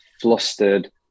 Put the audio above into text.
flustered